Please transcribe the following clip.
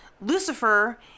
Lucifer